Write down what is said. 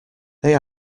they